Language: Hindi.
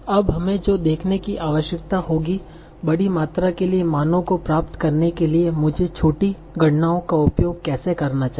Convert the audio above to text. अब हमें जो देखने की आवश्यकता होगी बड़ी मात्रा के लिए मानो को प्राप्त करने के लिए मुझे छोटी गणनाओं का उपयोग कैसे करना चाहिए